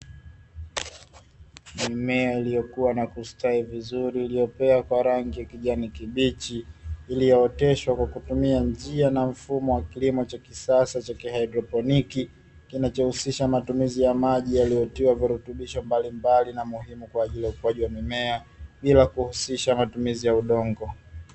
Mimea iliyokuwa na kustawi vizuri iliyopewa kwa rangi ya kijani kibichi, iliyooteshwa kwa kutumia njia na mfumo wa kilimo cha kisasa cha kihaidroponi, kinachohusisha matumizi ya maji yaliyotiwa virutubisho mbalimbali na muhimu kwa ajili ya ukuaji wa mimea, bila kuhusisha matumizi ya udongo.